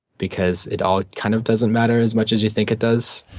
because it all kind of doesn't matter as much as you think it does.